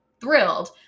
thrilled